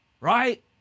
right